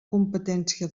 competència